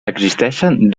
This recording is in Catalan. existeixen